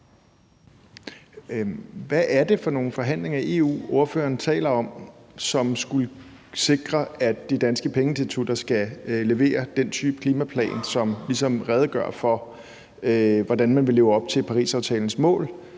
Hvad er det for nogle forhandlinger i EU, ordføreren taler om, som skulle sikre, at de danske pengeinstitutter skal levere den type klimaplan, som ligesom redegør for, hvordan man vil leve op til Parisaftalens mål?